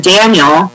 Daniel